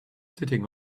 sitting